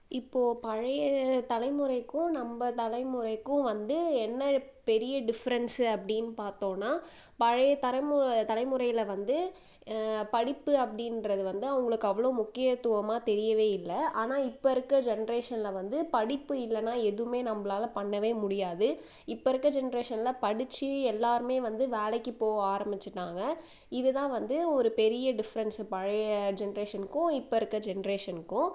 இப்போது பழைய தலைமுறைக்கும் நம்ம தலைமுறைக்கும் வந்து என்ன பெரிய டிஃப்ரெண்ட்ஸு அப்படின்னு பார்த்தோன்னோ பழைய தலைமு தலைமுறையில வந்து படிப்பு அப்படின்றது வந்து அவங்களுக்கு அவ்வளோ முக்கியத்துவமாக தெரியவே இல்லை ஆனால் இப்போ இருக்க ஜென்ரேஷனில் வந்து படிப்பு இல்லைன்னா எதுவுமே நம்மளால பண்ணவே முடியாது இப்போ இருக்க ஜென்ரேனில் படிச்சு எல்லாருமே வந்து வேலைக்கு போக ஆரம்மிச்சிட்டாங்க இதுதான் வந்து ஒரு பெரிய டிஃப்ரெண்ட்ஸு பழைய ஜென்ரேஷனுக்கும் இப்போ இருக்க ஜென்ரேஷனுக்கும்